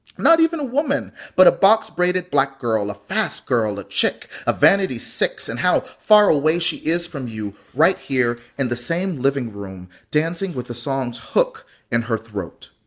not even a woman, but a box-braided black girl, a fast girl, a chick, a vanity six, and how far away she is from you right here in the same living room, dancing with the song's hook in her throat.